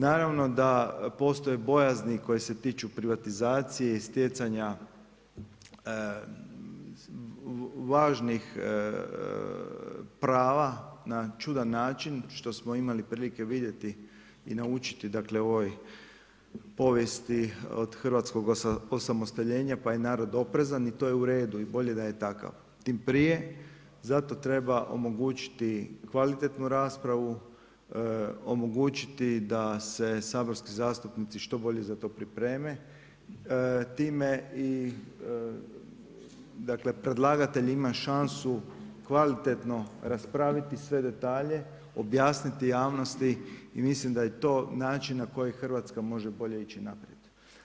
Naravno da postoje bojazni koji se tiču privatizacije i stjecanja važnih prava na čudan način, što smo imali prilike vidjeti i naučiti u ovoj povijesti od Hrvatskog osamostaljenja pa je narod oprezan i to je uredu i bolje da je takav, tim prije zato treba omogućiti kvalitetnu raspravu, omogućiti da se saborski zastupnici što bolje za to pripreme time i predlagatelj ima šansu kvalitetno raspraviti sve detalje, objasniti javnosti i mislim da je to način na koji Hrvatska može bolje ići naprijed.